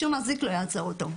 שום אזיק לא יעצור אותו,